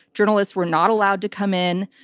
journalists were not allowed to come in.